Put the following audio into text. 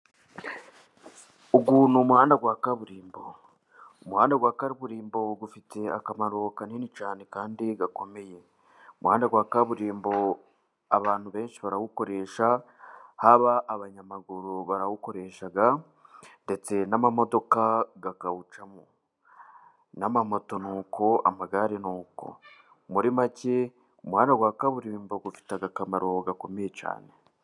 Uyu ni umuhanda wa kaburimbo. Umuhanda wa kaburimbo ufitiye akamaro kanini cyane kandi gakomeye. Umuhanda wa kaburimbo abantu benshi barawukoresha, haba abanyamaguru barawukoresha, ndetse n'amamodoka akawucamo. N'amamoto nuko, amagare nuko. Muri make umuhanda wa kaburimbo ufite akamaro gakomeye cyane.